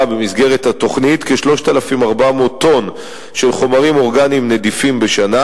במסגרת התוכנית כ-3,400 טון של חומרים אורגניים נדיפים בשנה.